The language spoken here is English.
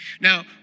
Now